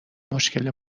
مشکل